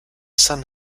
sun